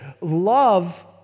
Love